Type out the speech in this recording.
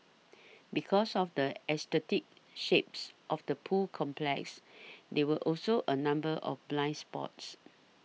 because of the aesthetic shapes of the pool complex there were also a number of blind spots